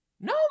No